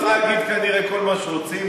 אפשר להגיד כנראה כל מה שרוצים,